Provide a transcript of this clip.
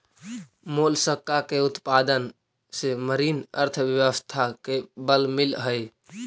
Mollusca के उत्पादन से मरीन अर्थव्यवस्था के बल मिलऽ हई